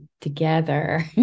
together